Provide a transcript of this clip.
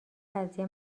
قضیه